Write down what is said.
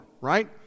right